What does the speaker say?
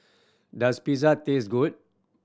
does Pizza taste good